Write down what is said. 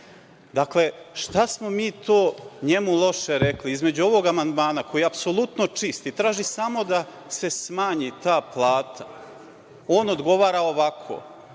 šta smo mi to njemu loše rekli? Između ovog amandmana koji je apsolutno čist i traži samo da se smanji ta plata, on odgovara ovako.